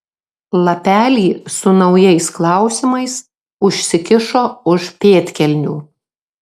lapelį su naujais klausimais užsikišo už pėdkelnių